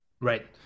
Right